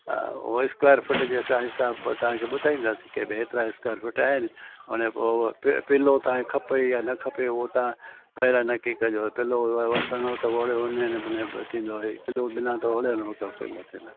हा उहो square foot जंहिंसां हिसाब सां ॿुधाईंदासीं की भई हेतिरा स्क्वेर फुट आहिनि अने पोइ पि पिल्लो तव्हांखे खपे या न खपे उहो तव्हां पहिरियों नक्की कजो पिल्लो व व वठंदव त ओहिड़े नमूने थींदो पिल्लो बिना त ओहिड़े नमूने